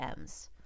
Ms